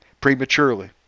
prematurely